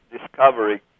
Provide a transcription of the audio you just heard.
discovery